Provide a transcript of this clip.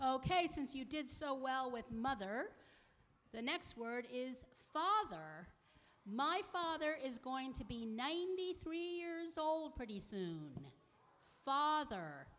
ok since you did so well with mother the next word is father my father is going to be ninety three years old pretty soon father